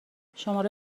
شماره